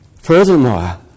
Furthermore